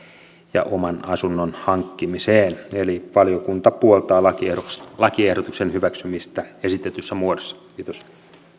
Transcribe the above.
ja oman asunnon hankkimiseen eli valiokunta puoltaa lakiehdotuksen lakiehdotuksen hyväksymistä esitetyssä muodossa kiitos